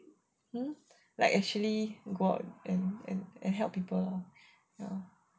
you know like actually go out and help people